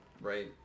right